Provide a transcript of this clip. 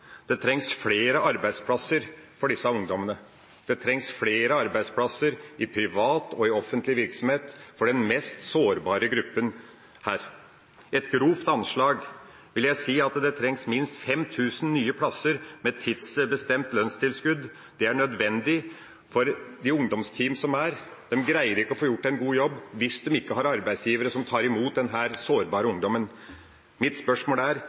Det trengs flere arbeidsplasser for disse ungdommene. Det trengs flere arbeidsplasser i privat og i offentlig virksomhet for denne mest sårbare gruppen. I et grovt anslag vil jeg si at det trengs minst 5 000 nye plasser med tidsbestemt lønnstilskudd. Det er nødvendig fordi de ungdomsteamene vi har, ikke greier å få gjort en god jobb hvis det ikke er arbeidsgivere som tar imot denne sårbare ungdommen. Mitt spørsmål er: